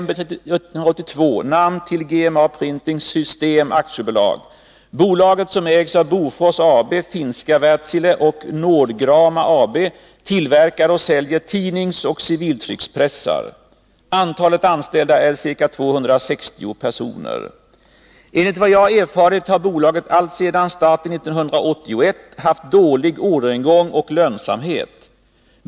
Enligt vad jag erfarit har bolaget alltsedan starten 1981 haft dålig orderingång och lönsamhet.